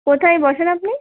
কোথায় বসেন আপনি